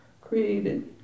created